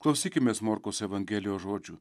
klausykimės morkaus evangelijos žodžių